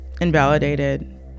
invalidated